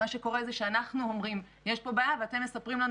מה שקורה זה שאנחנו אומרים יש פה בעיה ואתם מספרים לנו